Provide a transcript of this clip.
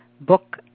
book